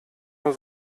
nur